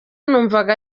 numvaga